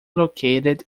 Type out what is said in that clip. located